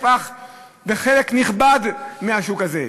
נכבד מהשוק הזה.